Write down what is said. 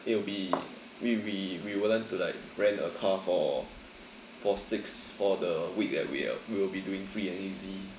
it will be we we we would like to like rent a car for for six for the week that we have we'll be doing free and easy